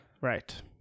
Right